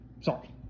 Sorry